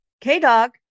K-Dog